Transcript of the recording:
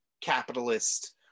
capitalist